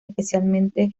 especialmente